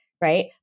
right